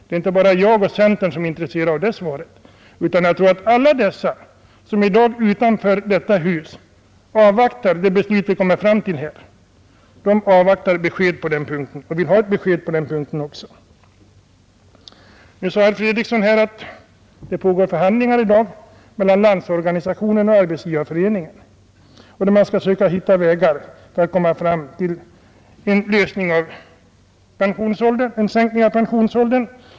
Det är inte bara jag och centern som är intresserade av svaret, utan jag tror att alla dessa som i dag utanför detta hus avvaktar det beslut vi kommer fram till vill ha ett besked på den punkten. Herr Fredriksson sade att det pågar förhandlingar i dag mellan Landsorganisationen och Arbetsgivareföreningen, där man skall försöka hitta vägar för att nå fram till en sänkning av pensionsåldern för de löneanställda.